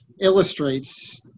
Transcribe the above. illustrates